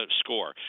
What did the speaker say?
score